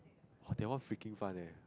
!wah! that one freaking fun leh